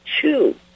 two